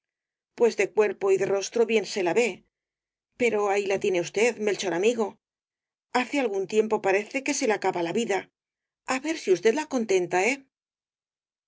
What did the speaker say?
pues de cuerpo y de rostro bien se la ve pero ahí la tiene usted melchor amigo hace algún tiempo parece que se le acaba la vida a ver si usted la contenta eh